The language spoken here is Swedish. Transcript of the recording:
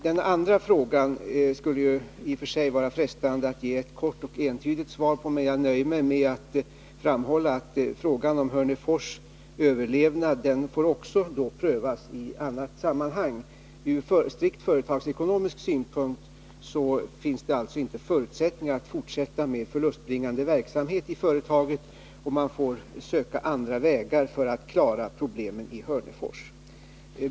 Den andra frågan skulle det i och för sig vara frestande att ge ett kort och entydigt svar på, men jag nöjer mig med att framhålla att frågan om Hörnefors överlevnad också får prövas i annat sammanhang. Från strikt företagsekonomisk synpunkt finns det inte förutsättningar att fortsätta med förlustbringande verksamhet i företaget, och man får söka andra vägar för att klara problemen i Hörnefors.